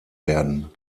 werden